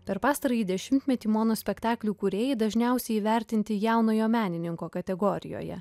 per pastarąjį dešimtmetį monospektaklių kūrėjai dažniausiai įvertinti jaunojo menininko kategorijoje